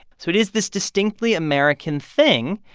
so it is this distinctly american thing.